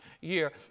year